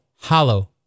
hollow